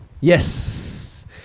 yes